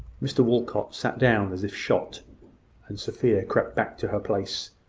mr walcot sat down as if shot and sophia crept back to her place,